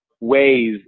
Ways